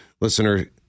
listener